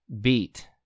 beat